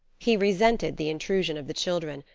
he resented the intrusion of the children,